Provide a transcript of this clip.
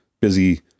busy